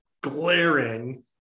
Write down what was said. glaring